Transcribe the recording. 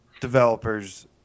developers